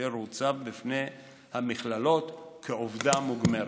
אשר הוצב בפני המכללות כעובדה מוגמרת.